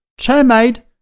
Chairmaid